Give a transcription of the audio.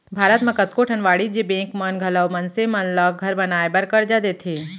भारत म कतको ठन वाणिज्य बेंक मन घलौ मनसे मन ल घर बनाए बर करजा देथे